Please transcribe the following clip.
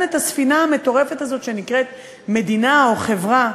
את הספינה המטורפת הזו שנקראת מדינה או חברה.